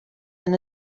than